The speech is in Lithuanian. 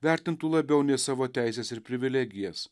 vertintų labiau nei savo teises ir privilegijas